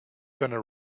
gonna